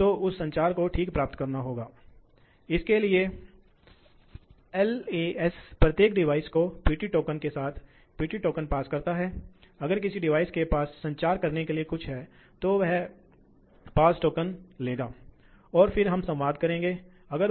यह पक्ष आपके पास एक फ़ीट पानी में कुल हेड है ठीक है उचित पहले आपके पास इंच था क्योंकि वह गैस थी यह तरल है और